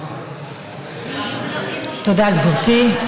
תודה, גברתי.